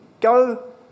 go